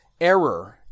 error